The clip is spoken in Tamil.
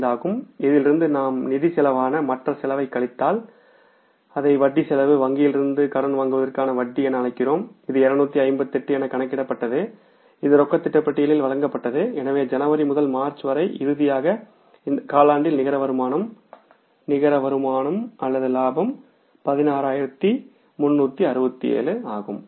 16625 ஆகும் இதிலிருந்து நாம் நிதிச் செலவான மற்ற செலவைக் கழித்தால் அதை வட்டி செலவு வங்கியில் இருந்து கடன் வாங்குவதற்கான வட்டி என அழைக்கிறோம் இது 258 என கணக்கிடப்பட்டது இது ரொக்க திட்ட பட்டியலில் வழங்கப்பட்டது எனவேஜனவரி முதல் மார்ச் வரை இறுதியாக இந்த காலாண்டில் நிகர வருமானம் நிகர வருமானம் அல்லது லாபம் 16367 ஆகும்